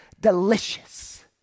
delicious